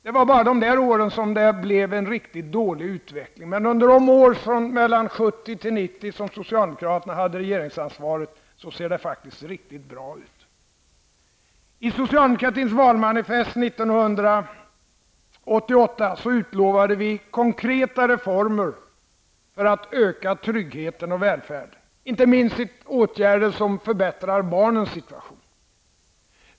Det var bara under åren när de borgerliga regerade som det blev en riktigt dålig utveckling. I övrigt under perioden 1970--1990, då socialdemokraterna hade regeringsansvaret, ser det faktiskt riktigt bra ut. I socialdemokratins valmanifest 1988 utlovade vi konkreta reformer för att öka tryggheten och välfärden, inte minst åtgärder som förbättrar barnens situation.